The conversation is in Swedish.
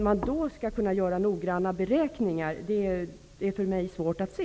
Hur man skall kunna göra noggranna beräkningar är för mig svårt att se.